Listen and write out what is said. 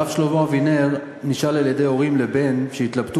הרב שלמה אבינר נשאל על-ידי הורים לבן שהתלבטו